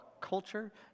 culture